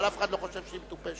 אבל אף אחד לא חושב שהיא מטופשת.